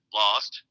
lost